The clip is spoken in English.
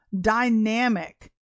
dynamic